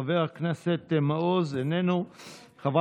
חבר הכנסת מעוז, בבקשה.